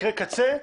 מקרה קצה,